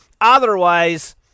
Otherwise